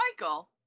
Michael